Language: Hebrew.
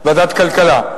ועדת כלכלה.